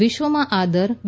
વિશ્વમાં આ દર ર